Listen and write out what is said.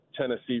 Tennessee